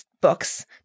books